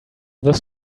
this